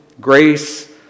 grace